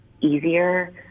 easier